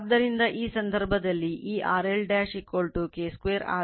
ಆದ್ದರಿಂದ ಈ ಸಂದರ್ಭದಲ್ಲಿ ಈ R L K 2 R L ಮತ್ತು X L K 2 X L